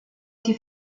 die